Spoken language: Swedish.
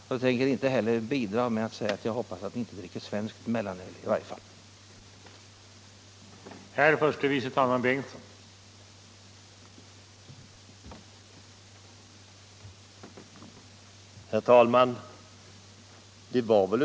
Jag tänker inte heller bidra med att säga att jag hoppas att han i varje fall inte dricker svenskt mellanöl.